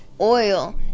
Oil